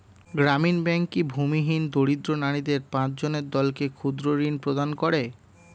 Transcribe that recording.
গ্রামীণ ব্যাংক কি ভূমিহীন দরিদ্র নারীদের পাঁচজনের দলকে ক্ষুদ্রঋণ প্রদান করে?